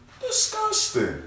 Disgusting